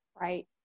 Right